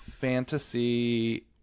fantasy